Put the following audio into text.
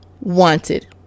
wanted